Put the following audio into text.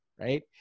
Right